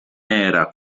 era